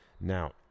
Now